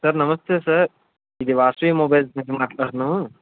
sir నమస్తే sir ఇది Vasavi mobiles నుంచి మాట్లాడుతున్నాం